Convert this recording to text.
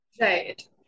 Right